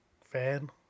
fan